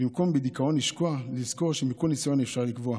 במקום בדיכאון לשקוע נזכור שמכל ניסיון אפשר לגבוה,